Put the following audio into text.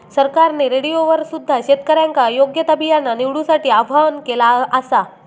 सरकारने रेडिओवर सुद्धा शेतकऱ्यांका योग्य ता बियाणा निवडूसाठी आव्हाहन केला आसा